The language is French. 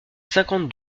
cinquante